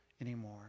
anymore